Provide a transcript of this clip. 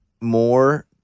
more